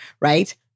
right